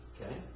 Okay